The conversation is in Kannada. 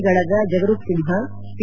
ಗಳಾದ ಜಗರೂಪ್ ಸಿಂಹ ಪಿ